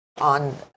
on